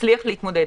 יצליח להתמודד.